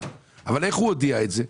אבל איך הוא הודיע את זה?